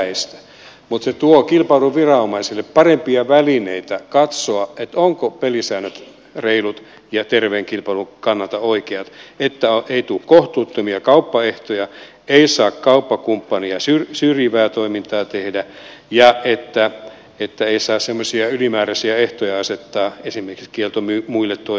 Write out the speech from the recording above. mutta se tuo kilpailuviranomaisille parempia välineitä katsoa ovatko pelisäännöt reilut ja terveen kilpailun kannalta oikeat että ei tule kohtuuttomia kauppaehtoja ei saa kauppakumppania syrjivää toimintaa tehdä ja että ei saa semmoisia ylimääräisiä ehtoja asettaa esimerkiksi kieltoa muille toimijoille jnp